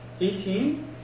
eighteen